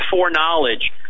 foreknowledge